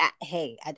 Hey